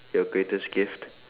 your greatest gift